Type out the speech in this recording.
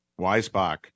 Weisbach